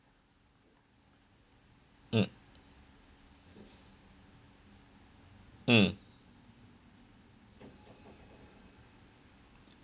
mm mm